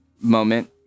moment